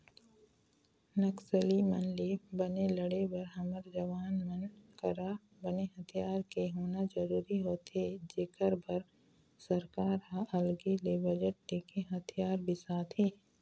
नक्सली मन ले बने लड़े बर हमर जवान मन करा बने हथियार के होना जरुरी होथे जेखर बर सरकार ह अलगे ले बजट लेके हथियार बिसाथे